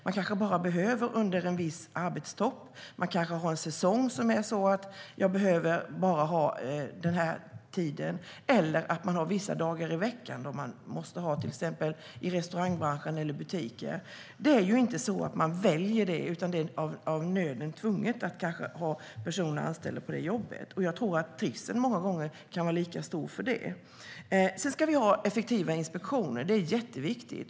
Man kanske bara behöver personal under en viss arbetstopp. Man kanske bara behöver personal en viss säsong eller vissa dagar i veckan, till exempel i restaurangbranschen eller i butiker. Det är inte så att man väljer det, utan det kanske är av nöden tvunget att ha personer anställda på det sättet. Och jag tror att trivseln många gånger kan vara lika stor för det. Sedan ska vi ha effektiva inspektioner. Det är jätteviktigt.